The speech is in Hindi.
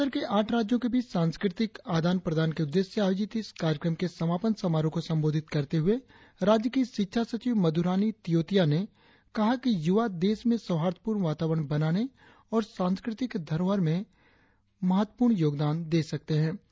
पूर्वोत्तर के आठ राज्यों के बीच सांस्कृतिक आदान प्रदान के उद्देश्य से आयोजित इस कार्यक्रम के समापन समारोह को संबोधित करते हुए राज्य की शिक्षा सचिव मधुरानी तियोतिया ने कहा कि युवा देश में सौहार्दपूर्ण वातावरण बनाने और सांस्कृतिक धरोहर के संरक्षण में महत्वपूर्ण योगदान दे सकते है